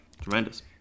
Tremendous